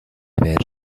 were